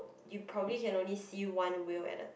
you probably can only see one whale at a